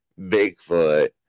bigfoot